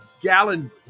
gallon